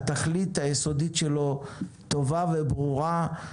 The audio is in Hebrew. התכלית היסודית שלו טובה וברורה.